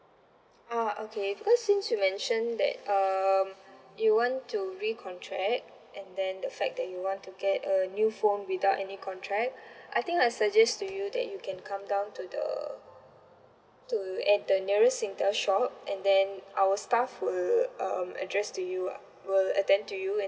uh okay because since you mentioned that um you want to recontract and then the fact that you want to get a new phone without any contract I think I'll suggest to you that you can come down to the to at the nearest Singtel shop and then our staff will um address to you uh will attend to you and